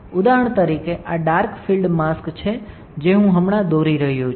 ઉદાહરણ તરીકે આ ડાર્ક ફીલ્ડ માસ્ક છે જે હું હમણાં દોરી રહ્યો છું